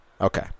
Okay